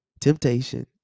temptation